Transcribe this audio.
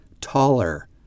taller